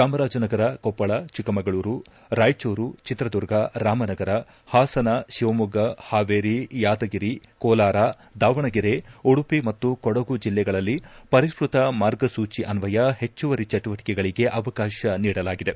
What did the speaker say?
ಚಾಮರಾಜನಗರ ಕೊಪ್ಪಳ ಚಿಕ್ಕಮಗಳೂರು ರಾಯಚೂರು ಚಿತ್ರದುರ್ಗ ರಾಮನಗರ ಹಾಸನ ಶಿವಮೊಗ್ಗ ಪಾವೇರಿ ಯಾದಗಿರಿ ಕೋಲಾರ ದಾವಣಗರೆ ಉಡುಪಿ ಮತ್ತು ಕೊಡಗು ಜಿಲ್ಲೆಗಳಲ್ಲಿ ಪರಿಷ್ಕತ ಮಾರ್ಗಸೂಜಿ ಅನ್ನಯ ಹೆಚ್ಚುವರಿ ಚಟುವಟಿಕೆಗಳಗೆ ಅವಕಾಶ ನೀಡಲಾಗಿದೆ